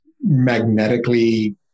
magnetically